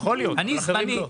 אני זמני.